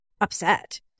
upset